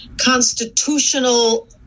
constitutional